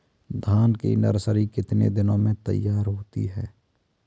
धान की नर्सरी कितने दिनों में तैयार होती है?